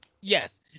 yes